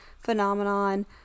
phenomenon